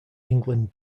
england